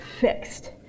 fixed